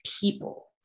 people